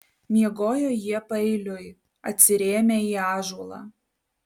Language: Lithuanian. miegojo jie paeiliui atsirėmę į ąžuolą